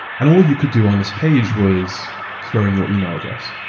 and all you could do on this page was throwing your email address.